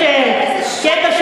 ליהודה ושומרון, אין לזה קשר?